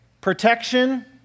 protection